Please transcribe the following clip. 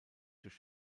durch